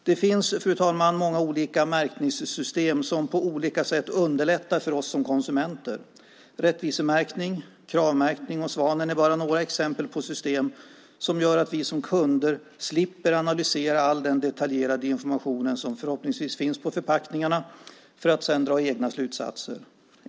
Fru talman! Det finns många märkningssystem som på olika sätt underlättar för oss som konsumenter. Rättvisemärkning, Kravmärkning och Svanen är bara några exempel på system som gör att kunderna slipper analysera all den detaljerade information som förhoppningsvis finns på förpackningarna för att sedan dra egna slutsatser.